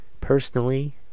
personally